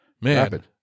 Man